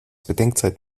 bedenkzeit